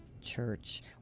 Church